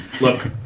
Look